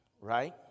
Right